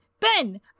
Ben